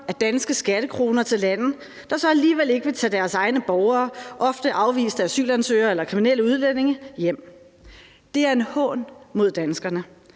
af danske skattekroner til lande, der så alligevel ikke vil tage deres egne borgere, ofte afviste asylansøgere eller kriminelle udlændinge, hjem. Det er en hån mod danskerne.